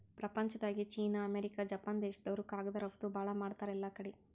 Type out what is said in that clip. ಪ್ರಪಂಚ್ದಾಗೆ China, America, Japan ದೇಶ್ದವ್ರು ಕಾಗದ್ ರಫ್ತು ಭಾಳ್ ಮಾಡ್ತಾರ್ ಎಲ್ಲಾಕಡಿ